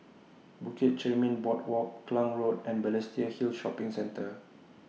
Bukit Chermin Boardwalk Klang Road and Balestier Hill Shopping Centre